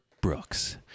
Brooks